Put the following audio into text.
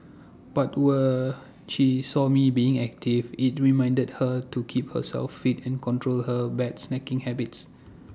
but were she saw me being active IT reminded her to keep herself fit and control her bad snacking habits